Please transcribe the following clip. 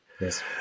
yes